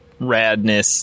radness